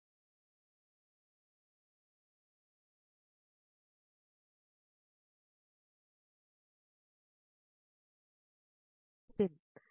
కనుక ఇది కార్యాచరణ 1 అవుతుంది 'ముందు' కార్యాచరణకు దశ 1 లో వలె మనం దీన్ని ఇక్కడ కలిగి ఉండవచ్చు